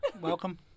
Welcome